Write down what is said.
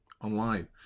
online